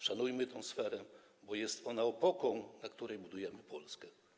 Szanujmy tę sferę, bo jest ona opoką, na której budujemy Polskę.